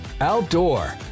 outdoor